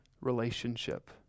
relationship